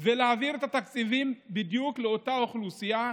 ולהעביר את התקציבים בדיוק לאותה אוכלוסייה,